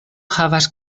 havas